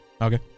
Okay